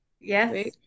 Yes